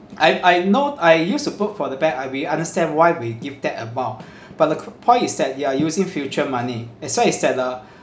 I I know I used to work for the bank and we understand why we give that amount but the c~ point is that you are using future money as long as that uh